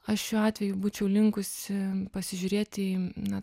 aš šiuo atveju būčiau linkusi pasižiūrėti į na